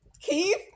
keith